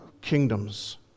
kingdoms